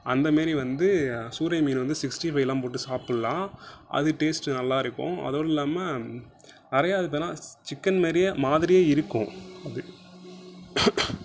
அந்த மாரி வந்து சூரை மீன் வந்து சிக்ஸ்டிஃபைவ்லாம் போட்டு சாப்பிடலாம் அது டேஸ்ட் நல்லாயிருக்கும் அதுவும் இல்லாமல் நிறைய தினம் சிக்கன் மாதிரியே மாதிரி இருக்கும் அது